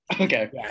Okay